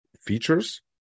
features